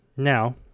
Now